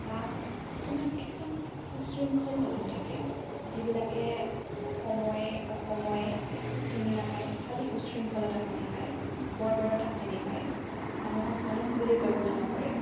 বা কিছুমান একদম উশৃংখল মানুহ থাকে যিবিলাকে সময়ে অসময়ে একো চিনি নাপায় খালী উশৃংখলতা চিনি পায় বৰ্বৰতা চিনি পায় মানুহক মানুহ বুলি গণ্য নকৰে